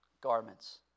garments